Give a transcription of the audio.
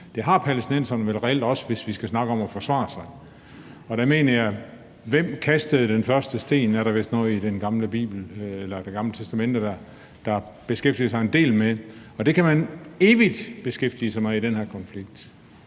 Det har palæstinenserne vel reelt også, hvis vi skal snakke om at forsvare sig. Og hvem kastede den første sten? Det er der vist nogen i Det Gamle Testamente, der beskæftiger sig en del med, og det kan man for evigt beskæftige sig med i den her konflikt.